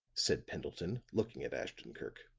said pendleton, looking at ashton-kirk.